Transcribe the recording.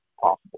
possible